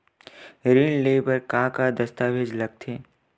ऋण ले बर का का दस्तावेज लगथे?